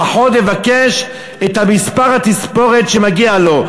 לפחות לבקש את מספר התספורת שמגיעה לו,